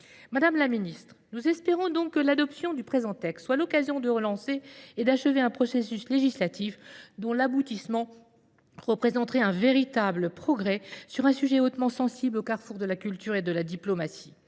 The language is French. Madame la Ministre, nous espérons donc que l'adoption du présent texte soit l'occasion de relancer et d'achever un processus législatif dont l'aboutissement représenterait un véritable progrès sur un sujet hautement sensible au carrefour de la culture et de la diplomatie.